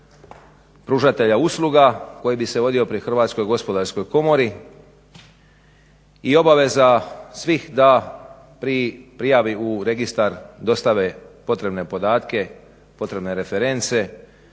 pružatelja usluga koji bi se vodio pri Hrvatskoj gospodarskoj komori i obaveza svih da pri prijavi u registar dostave potrebne podatke i reference